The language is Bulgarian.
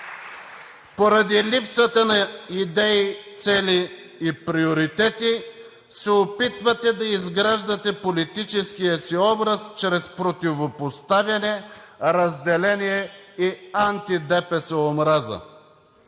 Поради липсата на идеи, цели и приоритети се опитвате да изграждате политическия си образ чрез противопоставяне, разделение и анти-ДПС омраза.